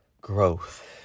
growth